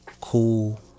Cool